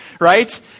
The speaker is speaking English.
right